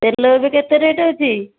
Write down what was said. ତେଲ ଏବେ କେତେ ରେଟ୍ ଅଛି